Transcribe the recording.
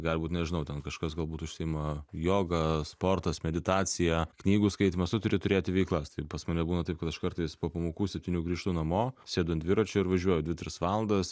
gali būt nežinau ten kažkas galbūt užsiima joga sportas meditacija knygų skaitymas tu turi turėti veiklas tai pas mane būna taip kad aš kartais po pamokų septynių grįžtu namo sėdu an dviračio ir važiuoju dvi tris valandas